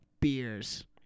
beers